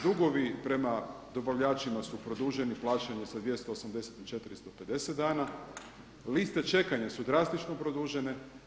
Dugovi prema dobavljačima su produženi … sa 280 i 450 dana, liste čekanja su drastično produžene.